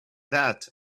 that